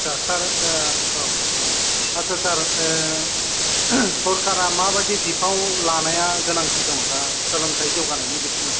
आच्चा सार ओं औ आच्चा सार सोरखारा माबायदि बिफाव लानाया गोनांथि दङ दा सोलोंथाय जौगानायनि बिथिङाव